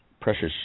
precious